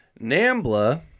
NAMBLA